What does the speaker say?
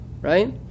Right